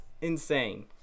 Insane